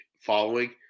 following